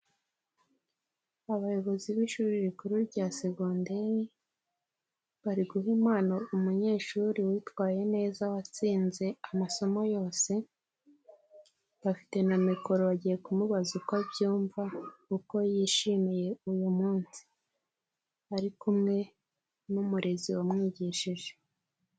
Abayobozi b'ishuri rikuru rya segonderi bari guha impano umunyeshuri witwaye neza watsinze amasomo yose, bafite na mikoro bagiye kumubaza uko abyumva, uko yishimiye uyu munsi, ari kumwe n'umurezi wamwigishije.